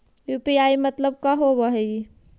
UPI मतलब का होब हइ?